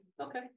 Okay